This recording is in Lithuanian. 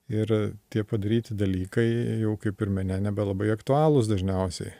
ir tie padaryti dalykai jau kaip ir mene nebelabai aktualūs dažniausiai